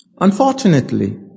Unfortunately